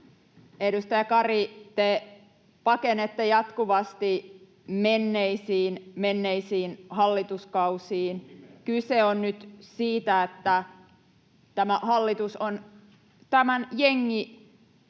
Edustaja Kari, te pakenette jatkuvasti menneisiin, menneisiin hallituskausiin. Kyse on nyt siitä, että tämä hallitus